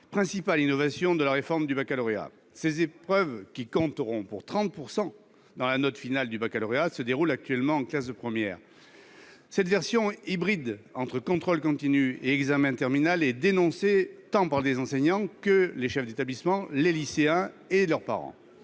principale innovation de la réforme du baccalauréat. Ces épreuves, qui compteront pour 30 % de la note finale du baccalauréat, se déroulent actuellement en classe de première. Cette version hybride entre contrôle continu et examen terminal est dénoncée tant par les enseignants que par les chefs d'établissement, les lycéens et leurs parents.